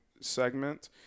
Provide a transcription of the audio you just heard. segment